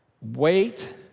Wait